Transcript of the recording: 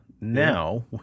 Now